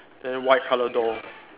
then white colour door